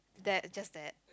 that just that